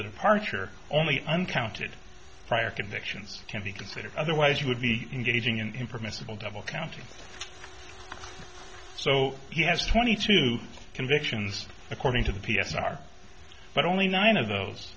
the departure only uncounted prior convictions to be considered otherwise you would be engaging in permissible double counting so he has twenty two convictions according to the p s r but only nine of those